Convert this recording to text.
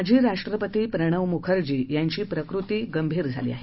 माजी राष्ट्रपती प्रणव मुखर्जी यांची प्रकृती गंभीर झाली आहे